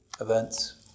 events